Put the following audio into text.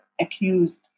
accused